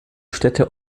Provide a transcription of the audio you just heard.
städte